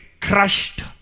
crushed